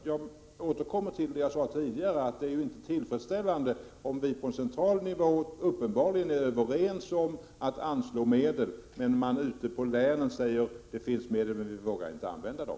Jag återkommer till det jag sade tidigare, att det inte är tillfredsställande om vi på central nivå uppenbarligen är överens om att anslå medel men man ute på länen säger: Det finns medel, men vi vågar inte använda dem.